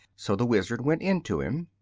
so the wizard went in to him.